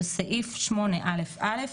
של סעיף 8א(א)".